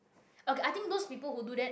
okay I think those people who do that